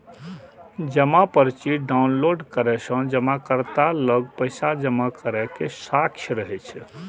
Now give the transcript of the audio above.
जमा पर्ची डॉउनलोड करै सं जमाकर्ता लग पैसा जमा करै के साक्ष्य रहै छै